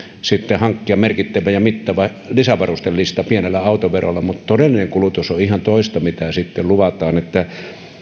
hankkia merkittävä ja mittava lisävarustelista pienellä autoverolla mutta todellinen kulutus on ihan toista kuin mitä sitten luvataan että